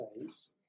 days